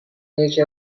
یکی